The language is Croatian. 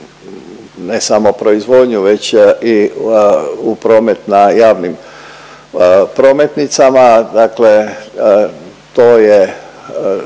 ne samo proizvodnju već i u promet na javnim prometnicama, dakle to je